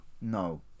No